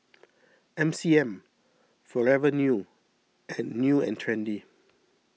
M C M Forever New and New and Trendy